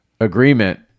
agreement